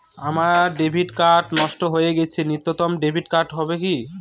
আমার debit card নষ্ট হয়ে গেছে নূতন ডেবিট কার্ড হবে কি?